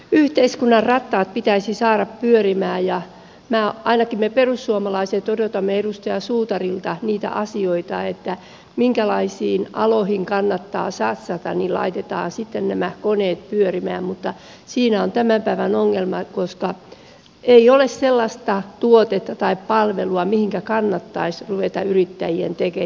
yhteiskunnan rattaat pitäisi saada pyörimään ja ainakin me perussuomalaiset odotamme edustaja suutarilta niitä asioita että minkälaisiin aloihin kannattaa satsata niin laitetaan sitten nämä koneet pyörimään mutta siinä on tämän päivän ongelma koska ei ole sellaista tuotetta tai palvelua mihinkä kannattaisi yrittäjien ryhtyä